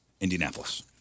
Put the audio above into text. Indianapolis